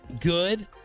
good